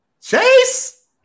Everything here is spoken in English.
Chase